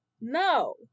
No